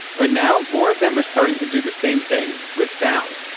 but now more of them are starting to do the same thing with sound